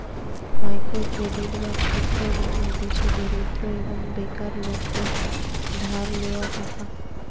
micro credit বা ক্ষুদ্র ঋণ হতিছে দরিদ্র এবং বেকার লোকদের ধার লেওয়া টাকা